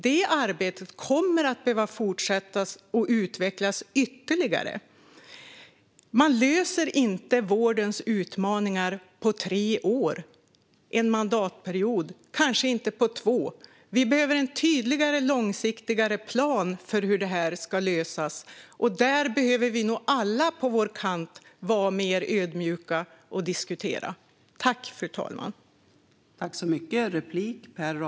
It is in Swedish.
Det kommer att behöva fortsättas och utvecklas ytterligare. Man löser inte vårdens utmaningar på tre år eller på en mandatperiod, kanske inte ens på två. Vi behöver en tydligare, mer långsiktig plan för hur det ska lösas. Där behöver vi nog alla på vår kant vara mer ödmjuka och diskutera.